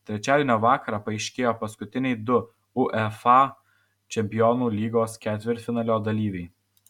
trečiadienio vakarą paaiškėjo paskutiniai du uefa čempionų lygos ketvirtfinalio dalyviai